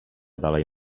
dalej